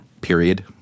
period